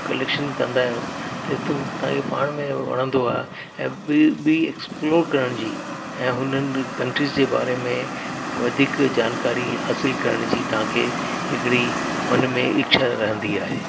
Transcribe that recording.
हिकु कलेक्शन कंदा आहियो त तु तव्हांखे पाण में वणंदो आहे ऐं ॿी ॿी एक्सप्लोर करण जी ऐं हुननि कंट्रीज़ जे बारे में जानकारी हासिलु करण जी तव्हांखे हिकु इच्छा रहंदी आहे